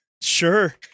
Sure